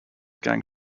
gang